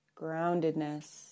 groundedness